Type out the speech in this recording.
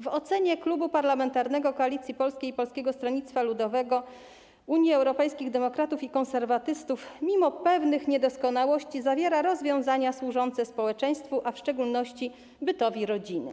w ocenie Klubu Parlamentarnego Koalicja Polska - Polskie Stronnictwo Ludowe, Unia Europejskich Demokratów, Konserwatyści mimo pewnych niedoskonałości zawiera rozwiązania służące społeczeństwu, a w szczególności bytowi rodziny.